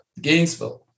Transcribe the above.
Gainesville